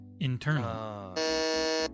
internal